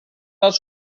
als